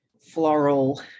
floral